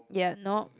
ya nope